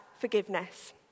forgiveness